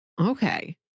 Okay